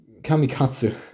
kamikatsu